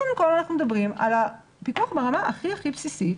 קודם כל אנחנו מדברים על הפיקוח ברמה הכי בסיסית.